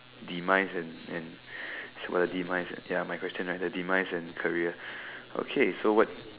demise and and it's for the demise ya my question right the demise and career okay so what